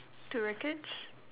the rackets